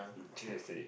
the picture yesterday